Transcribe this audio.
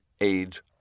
Age